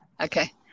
okay